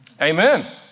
Amen